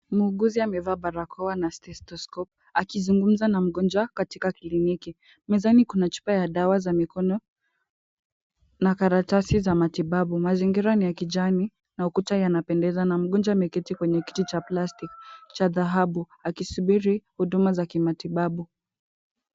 Muuguzi amevaa barakoa na stethoscope akizungumza na mgonjwa katika kliniki , mezani kuna chupa ya dawa za mikono na karatasi za matibabu, mazingira ni ya kijani na ukuta yanapendeza na mgonjwa ameketi kwenye kiti cha plastic cha dhahabu akisubiri huduma za kimatibabu .